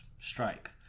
strike